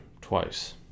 twice